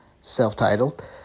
self-titled